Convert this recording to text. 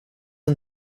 and